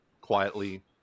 quietly